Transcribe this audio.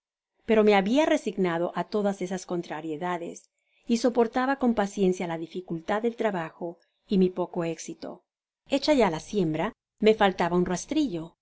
pero me habia resignajo á todas esas contrariedades y soportaba con paciencia la dificultad del trabajo y mi poco éxito hecha ya la siembra me faltaba un rastrillo en